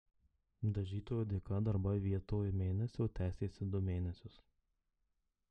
dažytojo dėka darbai vietoj mėnesio tęsėsi du mėnesius